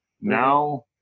Now